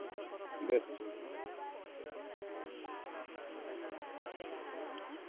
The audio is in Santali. ᱵᱮᱥ ᱴᱷᱤᱠᱜᱮᱭᱟ